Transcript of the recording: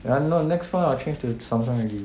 ya no next [one] I will change to Samsung already